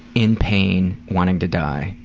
in pain, wanting to die.